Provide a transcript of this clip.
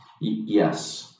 Yes